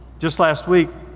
just last week,